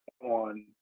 on